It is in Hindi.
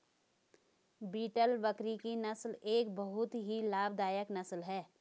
बीटल बकरी की नस्ल एक बहुत ही लाभदायक नस्ल है